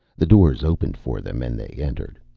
the doors opened for them and they entered.